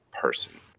person